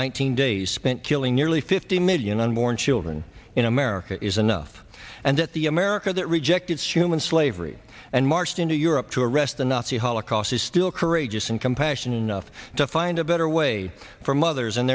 thousand days spent killing nearly fifty million unborn children in america is enough and that the america that rejected suman slavery and marched into europe to arrest the nazi holocaust is still courageous and compassion enough to find a better way for mothers